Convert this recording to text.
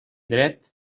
dret